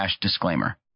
disclaimer